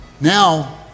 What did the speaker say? now